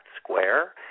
square